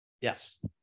Yes